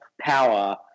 power